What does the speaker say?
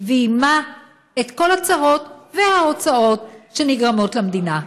ועימה את כל הצרות וההוצאות שנגרמות למדינה.